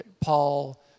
Paul